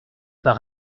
par